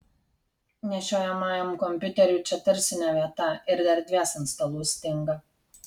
nešiojamajam kompiuteriui čia tarsi ne vieta ir erdvės ant stalų stinga